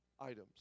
items